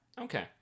Okay